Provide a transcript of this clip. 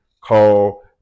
call